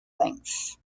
length